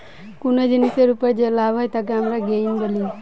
কুনো জিনিসের উপর যে লাভ হয় তাকে আমরা গেইন বলি